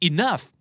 Enough